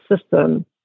system